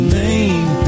name